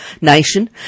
nation